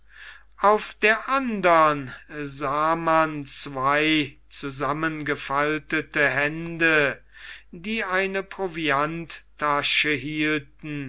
auf der andern sah man zwei zusammengefaltete hände die eine provianttasche hielten